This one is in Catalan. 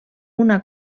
una